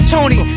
Tony